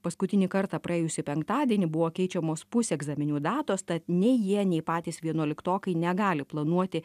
paskutinį kartą praėjusį penktadienį buvo keičiamos pusegzaminų datos tad nei jie nei patys vienuoliktokai negali planuoti